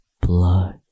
Blood